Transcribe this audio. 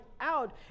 out